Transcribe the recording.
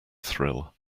thrill